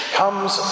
comes